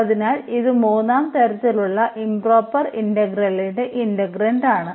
അതിനാൽ ഇത് മൂന്നാം തരത്തിലുള്ള ഇംപ്റോപർ ഇന്റഗ്രലിന്റെ ഇന്റഗ്രാൻറ് ആണ്